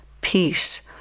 peace